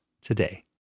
today